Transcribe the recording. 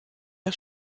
der